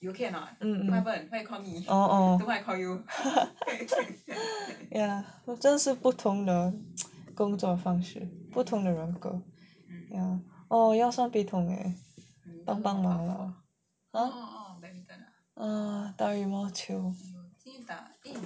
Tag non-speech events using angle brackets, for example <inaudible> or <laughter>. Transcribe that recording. mm mm orh orh <laughs> ya 真的是不同的工作方式不同的人格 !wah! 我腰酸背痛 eh ah 打羽毛球:da yv mao qiu